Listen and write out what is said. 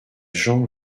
jean